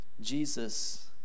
Jesus